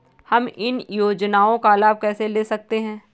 हम इन योजनाओं का लाभ कैसे ले सकते हैं?